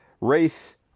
race